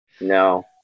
No